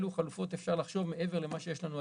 על אלו חלופות אפשר לחשוב מעבר למה שיש לנו היום?